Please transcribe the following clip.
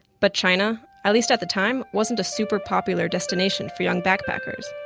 but china at least at the time wasn't a super popular destination for young backpackers.